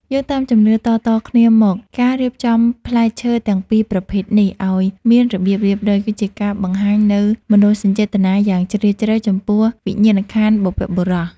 យោងតាមជំនឿតៗគ្នាមកការរៀបចំផ្លែឈើទាំងពីរប្រភេទនេះឱ្យមានរបៀបរៀបរយ គឺជាការបង្ហាញនូវមនោសញ្ចេតនាយ៉ាងជ្រាលជ្រៅចំពោះវិញ្ញាណក្ខន្ធបុព្វបុរស។